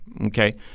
okay